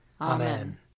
Amen